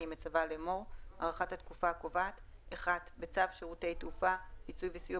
אני מצווה לאמור: הארכת 1. בצו שירותי תעופה (פיצוי וסיוע